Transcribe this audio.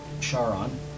Charon